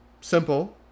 Simple